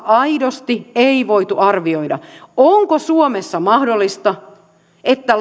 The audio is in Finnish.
aidosti ei voitu arvioida onko suomessa mahdollista että